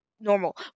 normal